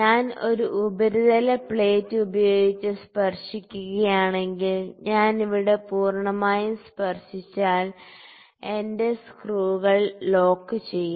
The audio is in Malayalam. ഞാൻ ഒരു ഉപരിതല പ്ലേറ്റ് ഉപയോഗിച്ച് സ്പർശിക്കുകയാണെങ്കിൽ ഞാൻ ഇവിടെ പൂർണ്ണമായും സ്പർശിച്ചാൽ എന്റെ സ്ക്രൂകൾ ലോക്ക് ചെയ്യും